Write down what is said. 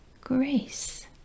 grace